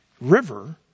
river